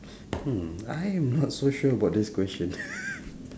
hmm I am not so sure about this question